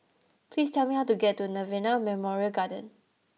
please tell me how to get to Nirvana Memorial Garden